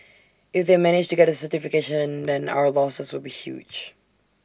if they managed to get the certification then our losses would be huge